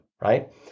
right